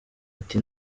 ati